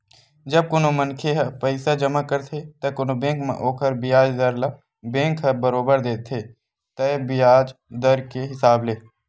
जब कोनो मनखे ह पइसा जमा करथे त कोनो बेंक म ओखर बियाज दर ल बेंक ह बरोबर देथे तय बियाज दर के हिसाब ले